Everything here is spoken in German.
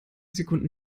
sekunden